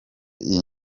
iyi